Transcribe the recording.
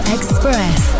Express